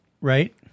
Right